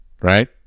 right